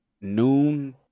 noon